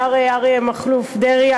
השר אריה מכלוף דרעי,